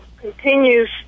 continues